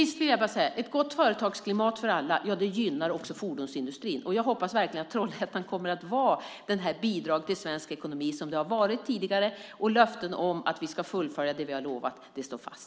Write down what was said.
Sist vill jag säga att ett gott företagsklimat för alla också gynnar fordonsindustrin. Jag hoppas verkligen att Trollhättan kommer att vara det bidrag till svensk ekonomi som det har varit tidigare. Löften om att vi ska fullfölja vad vi lovat står fast.